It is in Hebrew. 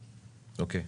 אוקיי.